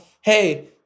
hey